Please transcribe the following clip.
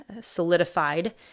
solidified